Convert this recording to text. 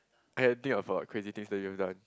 ever think of a crazy things that you have done